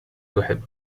تحب